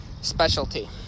specialty